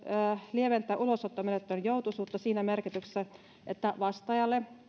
lieventää ulosottomenettelyn joutuisuutta siinä merkityksessä että vastaajalle